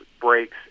breaks